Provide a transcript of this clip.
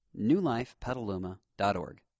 newlifepetaluma.org